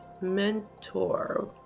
mentor